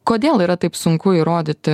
kodėl yra taip sunku įrodyti